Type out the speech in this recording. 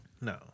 No